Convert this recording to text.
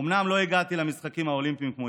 אומנם לא הגעתי למשחקים האולימפיים כמו